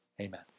Amen